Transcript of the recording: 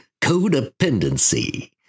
codependency